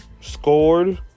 scored